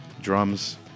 drums